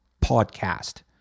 podcast